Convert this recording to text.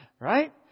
Right